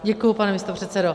Děkuji, pane místopředsedo.